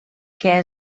què